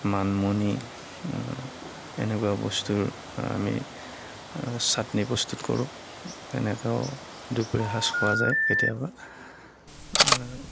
মানিমুনি এনেকুৱা বস্তুৰ আমি চাট্নি প্ৰস্তুত কৰোঁ সেনেকেও দুপৰীয়াৰ সাঁজ খোৱা যায় কেতিয়াবা